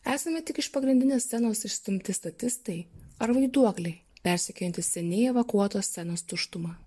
esame tik iš pagrindinės scenos išstumti statistai ar vaiduokliai persekiojantys seniai evakuotos scenos tuštumą